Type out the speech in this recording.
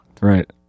Right